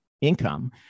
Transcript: income